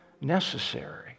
necessary